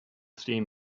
steam